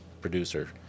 producer